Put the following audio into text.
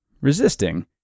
resisting